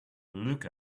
look